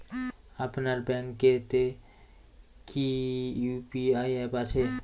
আপনার ব্যাঙ্ক এ তে কি ইউ.পি.আই অ্যাপ আছে?